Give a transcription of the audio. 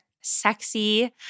sexy